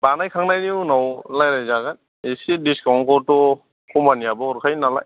बानायखांनायनि उनाव लायराय जागोन एसे डिसकाउन्टखौथ' कम्पानियाबो हरखायो नालाय